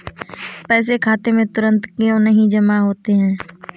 पैसे खाते में तुरंत क्यो नहीं जमा होते हैं?